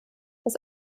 das